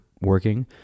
working